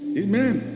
amen